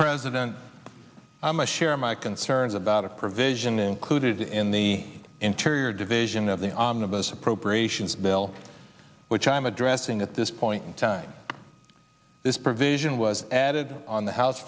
president i'm a share my concerns about a provision included in the interior division of the omnibus appropriations bill which i am addressing at this point in time this provision was added on the house